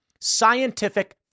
Scientific